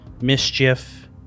mischief